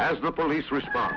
as the police respon